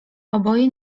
oboje